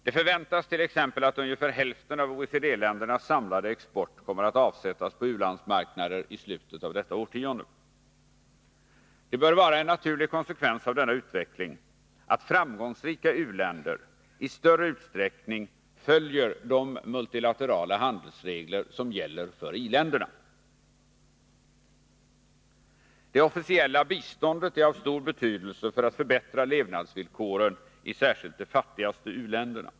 Det förväntas t.ex. att ungefär hälften av OECD-ländernas samlade export kommer att avsättas på u-landsmarknader i slutet av detta årtionde. Det bör vara en naturlig konsekvens av denna utveckling att framgångsrika u-länder i större utsträckning följer de multilaterala handelsregler som gäller för iländerna. Det officiella biståndet är av stor betydelse för att förbättra levnadsvillkoren i särskilt de fattigaste u-länderna.